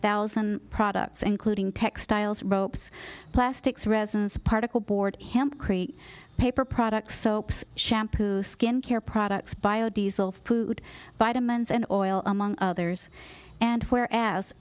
thousand products including textiles ropes plastics resins particleboard him create paper products soap shampoo skincare products bio diesel food vitamins and oil among others and where as